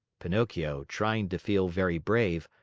pinocchio, trying to feel very brave,